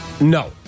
No